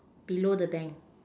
below the bank